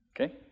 Okay